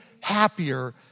happier